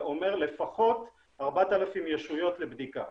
זה אומר לפחות 4,000 ישויות לבדיקה,